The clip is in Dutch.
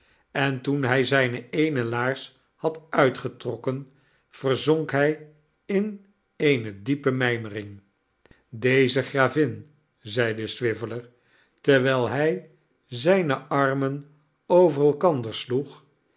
en toen hij zijne eene laars had uitgetrokken verzonk hij in eene diepe mijmering deze gravin zeide swiveller terwijl hij zijne armen over elkander sloeg